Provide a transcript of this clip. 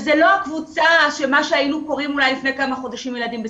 וזה לא הקבוצה של מה שהיינו קוראים לה לפני כמה חודשים ילדים בסיכון.